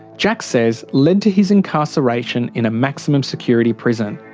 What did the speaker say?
jack says led to his incarceration in a maximum security prison.